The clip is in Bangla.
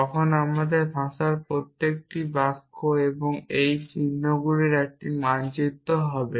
তখন আমাদের ভাষার প্রতিটি বাক্য এই চিহ্নগুলির একটির মানচিত্র হবে